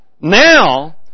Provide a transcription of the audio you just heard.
Now